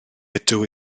ydw